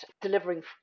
delivering